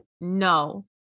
no